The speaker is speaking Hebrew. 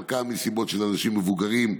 חלקם מסיבות של אנשים מבוגרים,